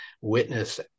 witness